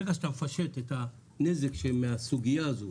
ברגע שאתה מפשט את הנזק מהסוגיה הזו